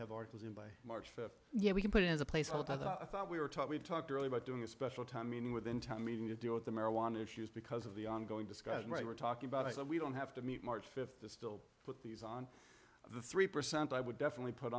have articles in by march fifth yeah we can put into place what i thought we were taught we've talked earlier about doing a special time meaning within town meeting to deal with the marijuana issues because of the ongoing discussion right we're talking about is that we don't have to meet march fifth the still put these on the three percent i would definitely put